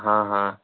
हाँ हाँ